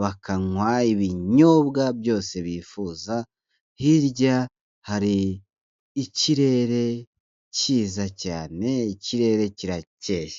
bakanywa ibinyobwa byose bifuza, hirya hari ikirere cyiza cyane, ikirere kirakeye.